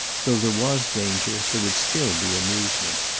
though there was danger there would still be amusement.